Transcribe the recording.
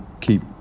keep